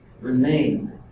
Remain